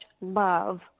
love